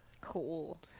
Cool